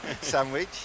sandwich